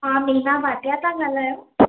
तव्हां मीना भाटिया था ॻाल्हायो